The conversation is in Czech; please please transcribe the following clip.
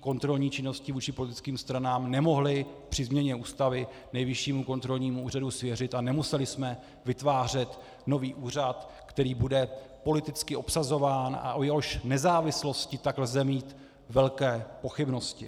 kontrolní činností vůči politickým stranám nemohli při změně Ústavy Nejvyššímu kontrolnímu úřadu svěřit a nemuseli jsme vytvářet nový úřad, který bude politicky obsazován a o jehož nezávislosti tak lze mít velké pochybnosti.